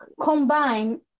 combine